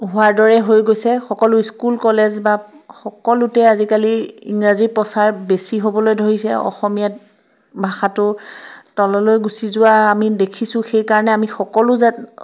হোৱাৰ দৰে হৈ গৈছে সকলো স্কুল কলেজ বা সকলোতে আজিকালি ইংৰাজীৰ প্ৰচাৰ বেছি হ'বলৈ ধৰিছে অসমীয়া ভাষাটো তললৈ গুচি যোৱা আমি দেখিছোঁ সেইকাৰণে আমি সকলো যেন